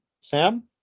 sam